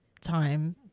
time